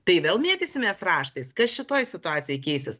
tai vėl mėtysimės raštais kas šitoj situacijoj keisis